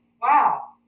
wow